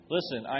Listen